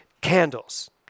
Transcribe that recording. candles